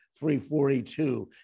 342